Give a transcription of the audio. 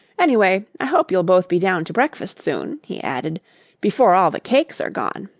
anyway, i hope you'll both be down to breakfast soon, he added before all the cakes are gone.